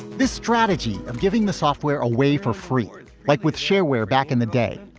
this strategy of giving the software away for free, like with shareware back in the day.